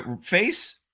face